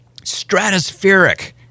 stratospheric